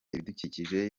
ibidukikije